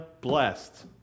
blessed